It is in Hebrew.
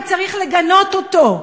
וצריך לגנות אותו.